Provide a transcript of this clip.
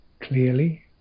clearly